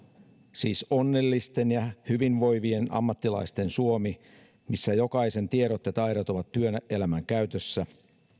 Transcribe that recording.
siis onnellisten ja hyvinvoivien ammattilaisten suomi missä jokaisen tiedot ja taidot ovat työelämän käytössä